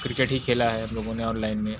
cricket ही खेला है हम लोगों ने ऑनलाइन में